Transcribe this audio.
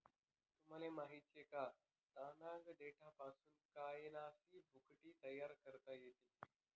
तुमले माहित शे का, तागना देठपासून कोयसानी भुकटी तयार करता येस